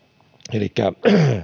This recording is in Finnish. elikkä